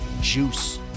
juice